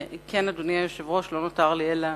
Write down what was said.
כן, אדוני היושב-ראש, לא נותר לי אלא